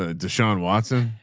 ah deshaun watson.